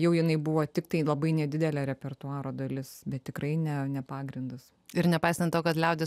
jinai buvo tiktai labai nedidelė repertuaro dalis bet tikrai ne pagrindas ir nepaisant to kad liaudis